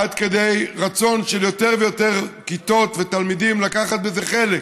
עד כדי רצון של יותר ויותר כיתות ותלמידים לקחת בזה חלק.